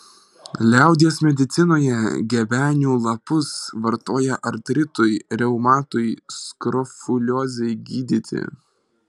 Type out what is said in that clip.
liaudies medicinoje gebenių lapus vartoja artritui reumatui skrofuliozei gydyti